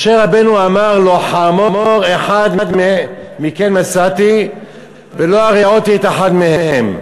משה רבנו אמר: לא חמור אחד מכם נשאתי ולא הריעותי את אחד מהם.